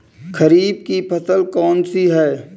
खरीफ की फसल कौन सी है?